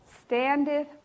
standeth